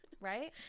right